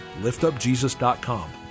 liftupjesus.com